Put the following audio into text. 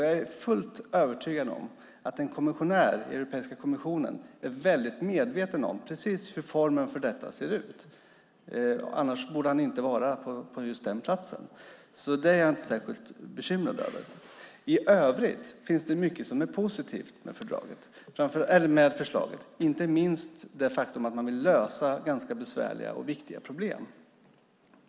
Jag är fullt övertygad om att en kommissionär i Europeiska kommissionen är väldigt medveten om hur formen för detta ser ut, annars borde han inte vara på just den platsen. Det är jag inte särskilt bekymrad över. I övrigt finns det mycket som är positivt med förslaget, inte minst det faktum att man vill lösa ganska besvärliga och viktiga problem.